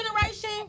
generation